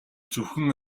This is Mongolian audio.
зөвхөн